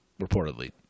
reportedly